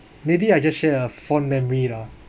maybe I just share a fond memory lah